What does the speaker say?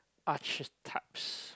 archetypes